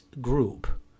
group